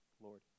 Lord